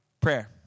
Prayer